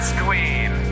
queen